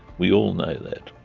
we all know that.